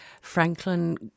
Franklin